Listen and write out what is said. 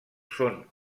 són